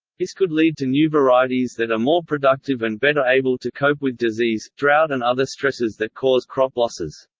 this could lead to new varieties that are more productive and better able to cope with disease, drought and other stresses that cause crop losses.